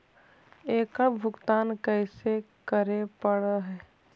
एकड़ भुगतान कैसे करे पड़हई?